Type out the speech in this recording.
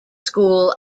school